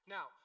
Now